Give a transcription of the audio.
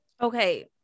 Okay